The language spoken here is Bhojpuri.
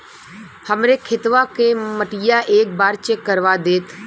हमरे खेतवा क मटीया एक बार चेक करवा देत?